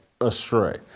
astray